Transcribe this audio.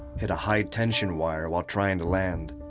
hit a high tension wire while trying to land,